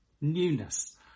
newness